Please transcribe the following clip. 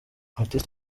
artist